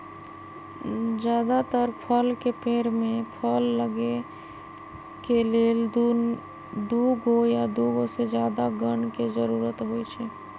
जदातर फल के पेड़ में फल लगे के लेल दुगो या दुगो से जादा गण के जरूरत होई छई